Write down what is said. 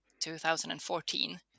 2014